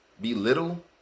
belittle